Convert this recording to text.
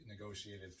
negotiated